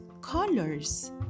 colors